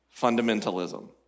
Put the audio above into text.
fundamentalism